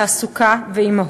תעסוקה ואימהוּת.